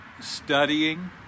studying